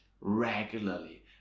regularly